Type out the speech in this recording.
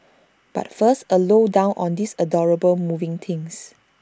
but first A low down on these adorable moving things